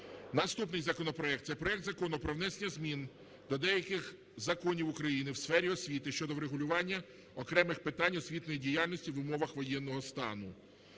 Наступний законопроект, це проект Закону про внесення змін до деяких законів України в сфері освіти щодо врегулювання окремих питань освітньої діяльності в умовах воєнного стану,